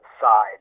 side